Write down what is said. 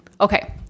okay